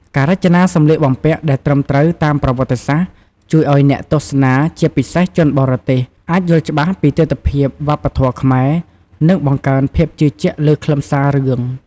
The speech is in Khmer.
ការរចនាសម្លៀកបំពាក់ដែលត្រឹមត្រូវតាមប្រវត្តិសាស្ត្រ ជួយឱ្យអ្នកទស្សនា ជាពិសេសជនបរទេស អាចយល់ច្បាស់ពីទិដ្ឋភាពវប្បធម៌ខ្មែរ និងបង្កើនភាពជឿជាក់លើខ្លឹមសាររឿង ។